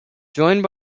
joined